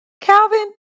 Calvin